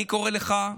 אני קורא לך,